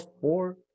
four